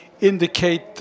indicate